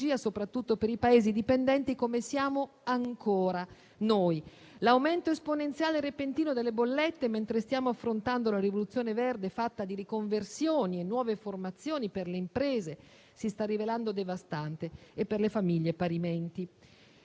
soprattutto per i Paesi dipendenti, come siamo ancora noi. L'aumento esponenziale e repentino delle bollette, mentre stiamo affrontando la rivoluzione verde, fatta di riconversioni e nuove formazioni per le imprese, si sta rivelando devastante e lo stesso per le